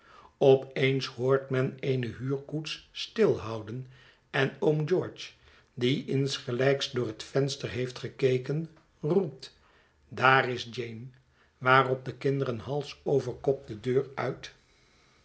eens hoort men eene huurkoets stilhouden en oom george die insgelijks door het venster heeft gekeken roept daar is jane waarop de kinderen hals over kop de deur uit